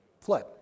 flood